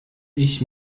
ich